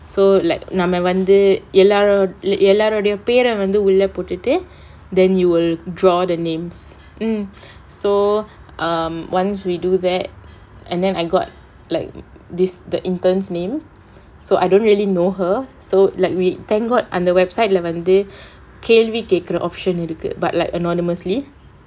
so like நம்ம வந்து எல்லாரோ~ எல்லாரோடயும் பெர வந்து உள்ள போட்டுட்டு:namma vanthu ellaro~ ellarodayum pera vanthu ulla pottuttu then you will draw the names mm so um once we do that and then I got like this the intern name so I don't really know her so like we thank god அந்த:antha website leh வந்து கேள்வி கேக்குற:vanthu kelvi kekkura option இருக்கு:irukku but like anonymously